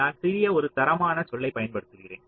நான் சிறிய ஒரு தரமான சொல்லைப் பயன்படுத்துகிறேன்